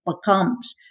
becomes